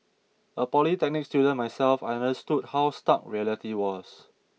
a polytechnic student myself I understood how stark reality was